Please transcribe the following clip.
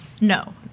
No